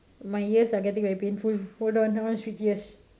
my ears are getting very painful hold on I wanna switch ears